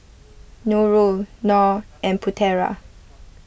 Nurul Nor and Putera